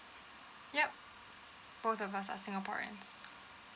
yup both of us are singaporeans